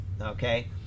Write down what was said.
okay